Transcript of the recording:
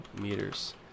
meters